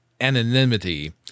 anonymity